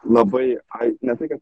labai ai ne tai kad